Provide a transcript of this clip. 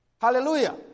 Hallelujah